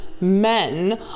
men